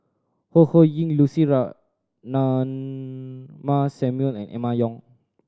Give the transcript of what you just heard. Ho Ho Ying Lucy Ratnammah Samuel and Emma Yong